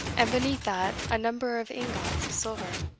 and beneath that a number of ingots of silver.